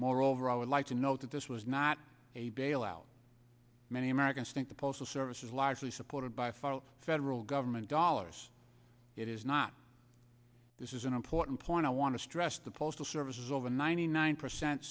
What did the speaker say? moreover i would like to note that this was not a bailout many americans think the postal service is largely supported by far the federal government dollars it is not this is an important point i want to stress the postal service is over ninety nine percent